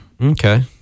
Okay